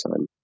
time